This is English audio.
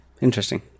Interesting